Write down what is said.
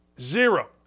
Zero